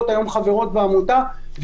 (המ"מ)